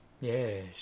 Yes